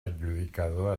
adjudicador